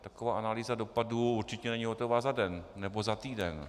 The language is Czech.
Taková analýza dopadů určitě není hotová za den nebo za týden.